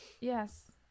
yes